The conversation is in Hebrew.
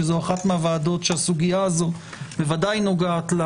שזו אחת מהוועדות שהסוגיה הזו בוודאי לנוגעת לה,